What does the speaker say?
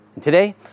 Today